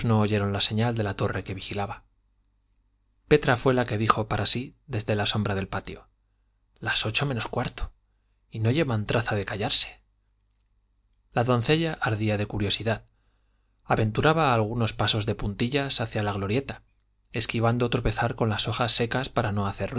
oyeron la señal de la torre que vigilaba petra fue la que dijo para sí desde la sombra del patio las ocho menos cuarto y no llevan traza de callarse la doncella ardía de curiosidad aventuraba algunos pasos de puntillas hacia la glorieta esquivando tropezar con las hojas secas para no hacer